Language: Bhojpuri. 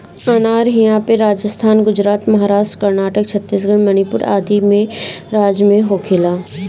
अनार इहां पे राजस्थान, गुजरात, महाराष्ट्र, कर्नाटक, छतीसगढ़ मणिपुर आदि राज में होखेला